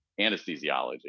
anesthesiology